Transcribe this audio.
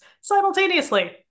simultaneously